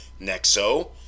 Nexo